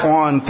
on